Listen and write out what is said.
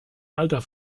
alter